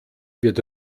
wird